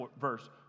verse